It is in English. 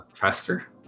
faster